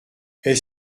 est